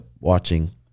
watching